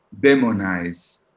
demonize